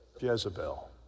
Jezebel